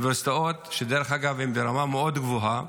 אוניברסיטאות, שדרך אגב הן ברמה מאוד גבוהה,